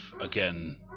again